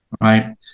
right